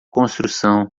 construção